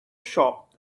shop